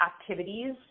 activities